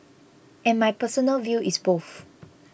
and my personal view is both